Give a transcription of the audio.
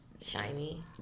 Shiny